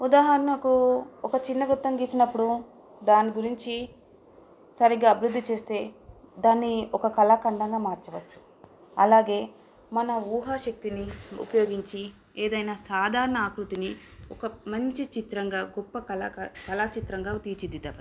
ఉదాహరణకు ఒక చిన్న వృతం గీసినప్పుడు దాని గురించి సరిగ్గా అభివృద్ధి చేస్తే దాన్ని ఒక కళాఖండంగా మార్చవచ్చు అలాగే మన ఊహా శక్తిని ఉపయోగించి ఏదైనా సాధారణ ఆకృతిని ఒక మంచి చిత్రంగా గొప్ప కళక కళా చిత్రంగా తీర్చిదిద్దవచ్చు